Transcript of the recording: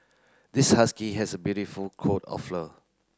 this husky has a beautiful coat of fur